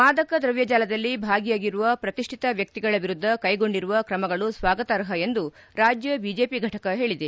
ಮಾದಕ ದ್ರವ್ಯ ಜಾಲದಲ್ಲಿ ಭಾಗಿಯಾಗಿರುವ ಪ್ರತಿಡ್ಠಿತ ವ್ಯಕ್ತಿಗಳ ವಿರುದ್ದ ಕೈಗೊಂಡಿರುವ ಕ್ರಮಗಳು ಸ್ವಾಗತಾರ್ಹ ಎಂದು ರಾಜ್ಯ ಬಿಜೆಪಿ ಘಟಕ ಹೇಳಿದೆ